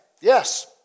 yes